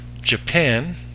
Japan